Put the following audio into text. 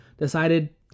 decided